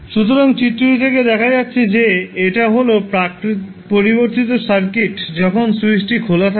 সুতরাং চিত্রটি থেকে দেখা যাচ্ছে যে এটা হল পরিবর্তিত সার্কিট যখন স্যুইচটি খোলা থাকে